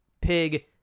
Pig